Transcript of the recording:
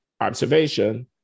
observation